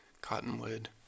cottonwood